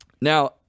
Now